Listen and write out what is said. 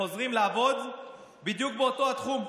וחוזרים לעבוד בדיוק באותו התחום.